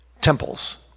temples